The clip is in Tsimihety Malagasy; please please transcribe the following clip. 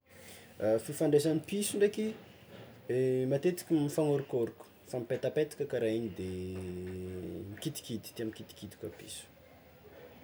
Fifandraisan'ny piso ndraiky, matetiky mifanôrokôroka mifampipetapetaky kara igny de mikitikity tià mikitiky koa piso.